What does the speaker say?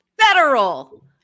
federal